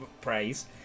praise